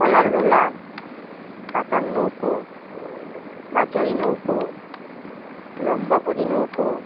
কলার ভেলা পাতার নৌকো বাচারি নৌকা লম্বাপদি নৌকা